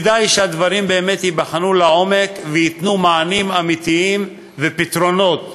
כדאי שהדברים באמת ייבחנו לעומק וייתנו מענים אמיתיים ופתרונות,